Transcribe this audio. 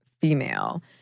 female